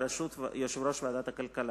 בראשות יושב-ראש ועדת הכלכלה.